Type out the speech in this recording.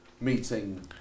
meeting